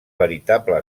veritable